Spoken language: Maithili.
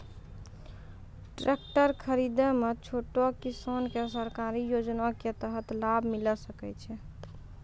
टेकटर खरीदै मे छोटो किसान के सरकारी योजना के तहत लाभ मिलै सकै छै?